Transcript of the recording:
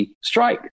strike